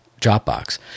Dropbox